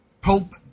Pope